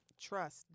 trust